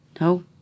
no